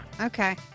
Okay